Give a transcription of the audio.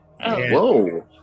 Whoa